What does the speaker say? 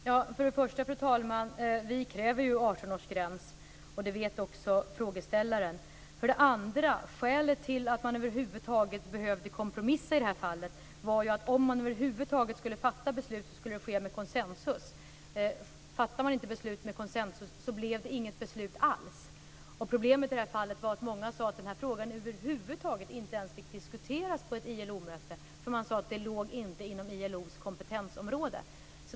Fru talman! För det första kräver vi 18-årsgräns, som frågeställaren också vet. För det andra var skälet till att man behövde kompromissa i det här fallet att beslutet måste fattas med konsensus om man över huvud taget skulle fatta beslut. Om man inte fattade beslut med konsensus skulle det inte bli något beslut alls. Problemet i det här fallet var att många sade att frågan över huvud taget inte ens fick diskuteras på ett ILO-möte därför att det inte låg inom ILO:s kompetensområde.